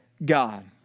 God